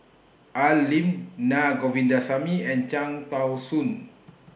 Al Lim Na Govindasamy and Cham Tao Soon